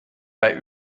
bei